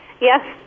Yes